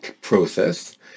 process